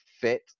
fit